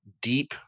deep